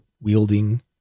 wielding